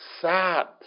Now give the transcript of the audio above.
sad